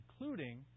Including